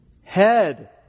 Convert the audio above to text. head